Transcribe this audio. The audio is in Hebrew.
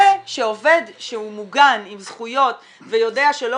ושעובד שהוא מוגן עם זכויות ויודע שלא